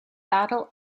battle